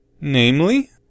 Namely